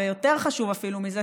ויותר חשוב אפילו מזה,